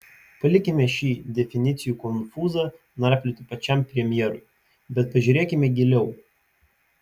palikime šį definicijų konfūzą narplioti pačiam premjerui bet pažiūrėkime giliau